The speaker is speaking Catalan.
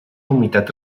humitat